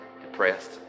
depressed